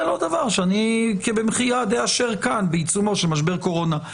זה לא דבר שאני במחי יד אאשר כאן בעיצומו של משבר קורונה.